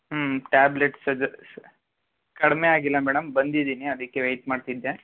ಹ್ಞೂ ಟ್ಯಾಬ್ಲೆಟ್ಸ್ ಅದು ಶ್ ಕಡಿಮೆ ಆಗಿಲ್ಲ ಮೇಡಮ್ ಬಂದಿದ್ದೀನಿ ಅದಕ್ಕೆ ವೇಯ್ಟ್ ಮಾಡ್ತಿದ್ದೆ